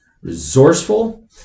resourceful